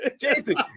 Jason